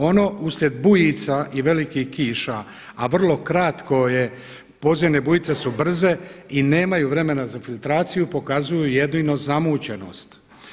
Ono uslijed bujica i velikih kiša, a vrlo kratko je podzemne bujice su brze i nemaju vremena za filtraciju pokazuju jedino zamućenost.